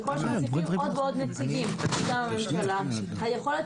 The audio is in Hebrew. ככל שמוסיפים עוד ועוד נציגים מטעם הממשלה היכולת